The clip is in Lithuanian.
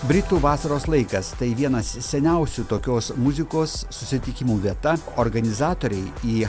britų vasaros laikas tai vienas seniausių tokios muzikos susitikimų vieta organizatoriai į